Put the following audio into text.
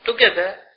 together